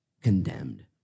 condemned